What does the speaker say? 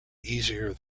easier